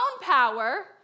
power